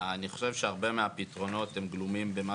אני חושב שהרבה מהפתרונות גלומים במה